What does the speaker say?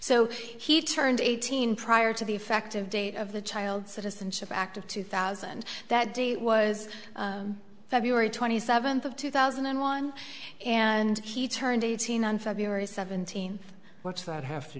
so he turned eighteen prior to the effective date of the child citizenship act of two thousand that day was february twenty seventh of two thousand and one and he turned eighteen on february seventeenth what's that have to